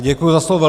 Děkuji za slovo.